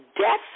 death